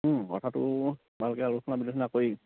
কথাটো ভালকৈ আলোচনা বিলোচনা কৰি